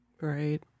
Right